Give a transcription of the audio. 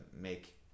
make